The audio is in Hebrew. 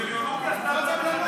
מאוד.